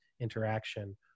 interaction